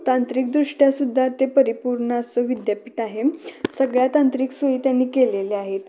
तांत्रिक दृष्ट्यासुद्धा ते परिपूर्ण असं विद्यापठटआहे सगळ्या तांत्रिक सोयी त्यांनी केलेल्या आहेत